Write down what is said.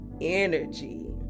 energy